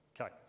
Okay